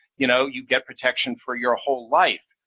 you know you get protection for your ah whole life.